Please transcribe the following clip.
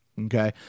Okay